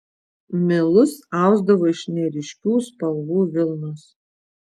milus ausdavo iš neryškių spalvų vilnos